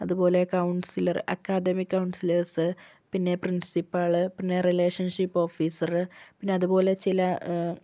അതുപോലെ counsellor academic counsellors പിന്നെ principal പിന്നെ റിലേഷൻഷിപ്പ് ഓഫീസർ പിന്നെ അതുപോലെ ചില